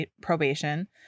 probation